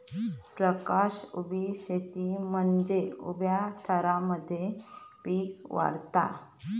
प्रकाश उभी शेती म्हनजे उभ्या थरांमध्ये पिका वाढवता